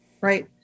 Right